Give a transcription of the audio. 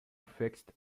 fixed